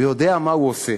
ויודע מה הוא עושה.